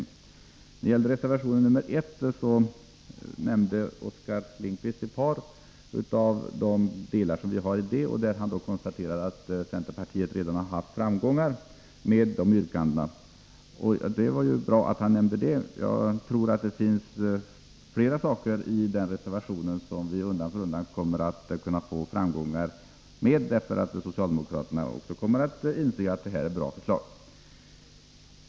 När det gäller reservation 1 nämnde Oskar Lindkvist ett par av de saker vi där tar upp. Han konstaterar att centerpartiet redan haft framgång med de yrkandena. Det var bra att han nämnde det. Jag tror att det finns flera saker i den reservationen som vi undan för undan kommer att kunna nå framgång med därför att socialdemokraterna också kommer att inse att förslagen är bra.